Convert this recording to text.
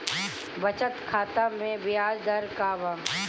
बचत खाता मे ब्याज दर का बा?